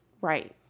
Right